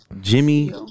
Jimmy